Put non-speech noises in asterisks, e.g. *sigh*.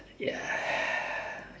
ya *breath*